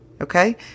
Okay